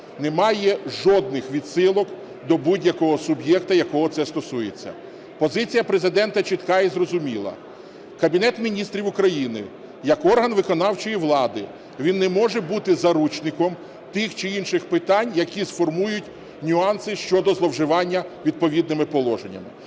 немає жодних відсилок до будь-якого суб'єкта, якого це стосується. Позиція Президента чітка і зрозуміла. Кабінет Міністрів України як орган виконавчої влади він не може бути заручником тих чи інших питань, які сформують нюанси щодо зловживання відповідними положеннями.